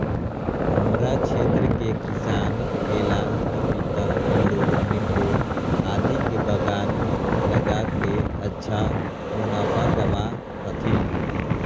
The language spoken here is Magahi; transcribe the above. हमरा क्षेत्र के किसान केला, पपीता, अमरूद नींबू आदि के बागान लगा के अच्छा मुनाफा कमा हथीन